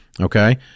Okay